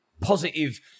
positive